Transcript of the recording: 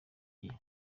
gihe